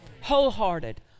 Wholehearted